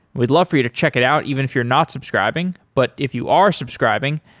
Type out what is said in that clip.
we'd love for you to check it out even if you're not subscribing, but if you are subscribing,